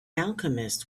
alchemist